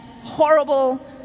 horrible